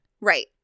Right